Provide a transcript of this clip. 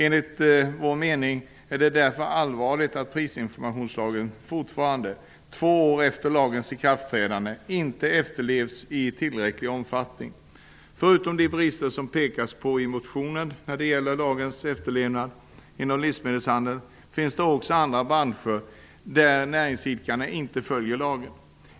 Enligt vår mening är det därför allvarligt att prisinformationslagen fortfarande, två år efter lagens ikraftträdande, inte efterlevs i tillräcklig omfattning. Förutom de brister som det pekas på i motionen när det gäller efterlevnaden av lagen inom livsmedelshandeln finns det också andra branscher där näringsidkarna inte följer lagen.